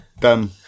done